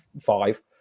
five